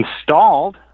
installed